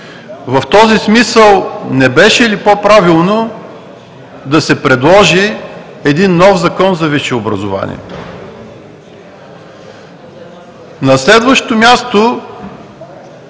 В този смисъл не беше ли по-правилно да се предложи един нов Закон за висше образование?